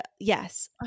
yes